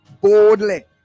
boldly